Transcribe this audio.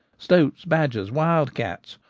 stoats, badgers, wild cats,